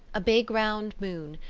a big round moon,